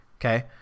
Okay